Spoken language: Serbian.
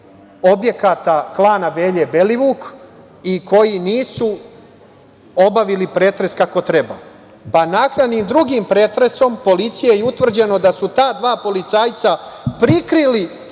objekata klana Velje Belivuka i koji nisu obavili pretres kako treba, pa naknadnim drugim pretresom policija je utvrdila da su ta dva policajca prikrila